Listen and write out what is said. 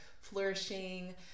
flourishing